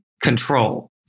control